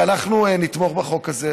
אנחנו נתמוך בחוק הזה,